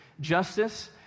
justice